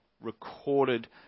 recorded